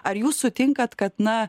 ar jūs sutinkat kad na